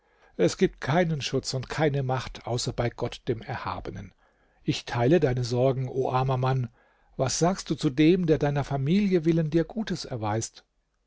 es gibt keinen schutz und keine macht außer bei gott dem erhabenen ich teile deine sorgen o armer mann was sagst du zu dem der deiner familie willen dir gutes erweist